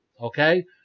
okay